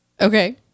Okay